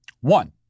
One